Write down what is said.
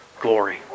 glory